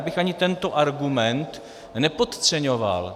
A já bych ani tento argument nepodceňoval.